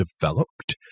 developed